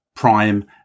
Prime